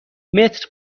متر